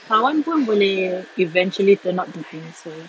kawan pun boleh eventually turn out to be so